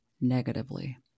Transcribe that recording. negatively